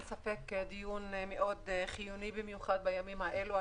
אין ספק שהדיון חיוני מאוד במיוחד בימים האלה.